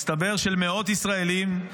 מסתבר, של מאות ישראלים,